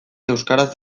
euskaraz